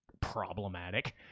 problematic